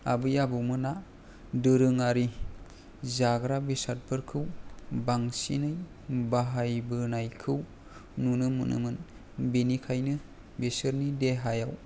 आबै आबौमोना दोरोङारि जाग्रा बेसादफोरखौ बांसिनै बाहायबोनायखौ नुनो मोनोमोन बेनिखायनो बिसोरनि देहायाव